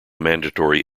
mandatory